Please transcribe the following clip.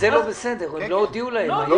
לא יודע.